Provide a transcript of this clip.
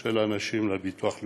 של אנשים לביטוח לאומי.